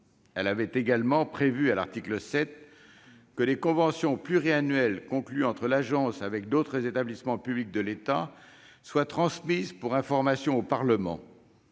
Elle avait également prévu, à l'article 7, que les conventions pluriannuelles conclues par l'agence avec d'autres établissements publics de l'État soient transmises pour information au Parlement.